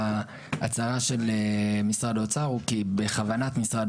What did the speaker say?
ההצעה של משרד האוצר היא כי בכוונת משרד